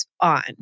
on